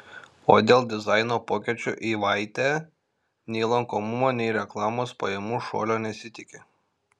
o dėl dizaino pokyčių eivaitė nei lankomumo nei reklamos pajamų šuolio nesitiki